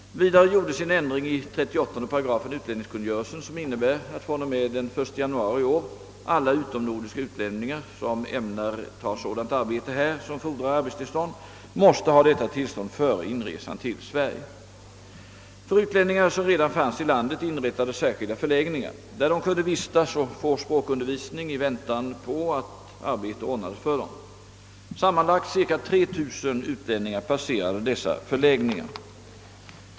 Vidare gjordes en ändring i 38 8 utlänningskungörelsen som innebär att fr.o.m. den 1 januari i år alla utomnordiska utlänningar som ämnar ta sådant arbete här som fordrar arbetstillstånd måste ha detta tillstånd före inresan till Sverige. ar där de kunde vistas och få språkundervisning i väntan på att arbete ordnades för dem. Sammanlagt ca 3 000 utlänningar passerade dessa förläggningar.